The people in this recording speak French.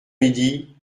midi